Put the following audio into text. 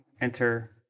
enter